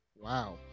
Wow